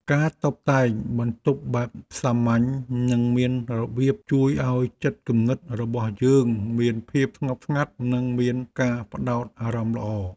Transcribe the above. ការតុបតែងបន្ទប់បែបសាមញ្ញនិងមានរបៀបជួយឱ្យចិត្តគំនិតរបស់យើងមានភាពស្ងប់ស្ងាត់និងមានការផ្តោតអារម្មណ៍ល្អ។